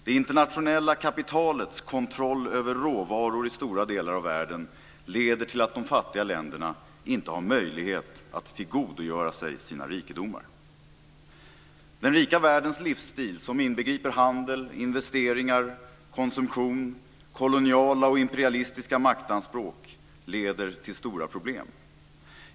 Det internationella kapitalets kontroll över råvaror i stora delar av världen leder till att de fattiga länderna inte har möjlighet att tillgodogöra sig sina rikedomar. Den rika världens livsstil, som inbegriper handel, investeringar, konsumtion, koloniala och imperialistiska maktanspråk, leder till stora problem.